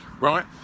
right